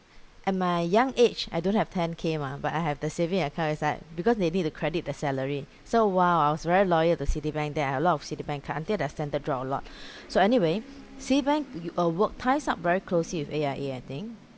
at my young age I don't have ten K mah but I have the saving account it's like because they need to credit the salary so !wow! I was very loyal to citibank then I have a lot of citibank card until their standard drop a lot so anyway citibank you uh work ties up very closely with A_I_A I think